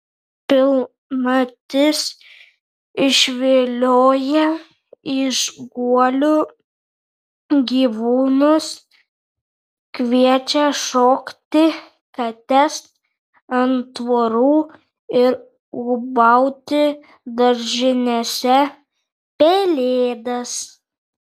pilnatis išvilioja iš guolių gyvūnus kviečia šokti kates ant tvorų ir ūbauti daržinėse pelėdas